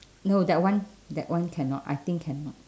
no that one that one cannot I think cannot